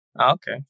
Okay